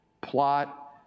plot